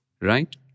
Right